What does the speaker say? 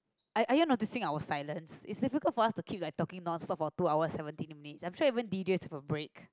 are are you noticing our silence it's difficult for us to keep like talking nonstop for two hour seventeen minutes I'm sure even DJs have a break